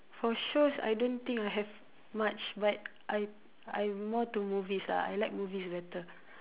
for shows I don't think I have much but I I'm more to movies lah I like movies better